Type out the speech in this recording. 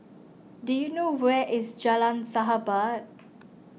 do you know where is Jalan Sahabat